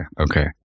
Okay